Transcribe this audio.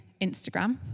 Instagram